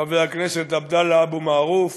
חבר הכנסת עבדאללה אבו מערוף,